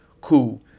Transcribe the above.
Cool